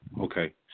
okay